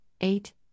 eight